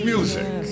Music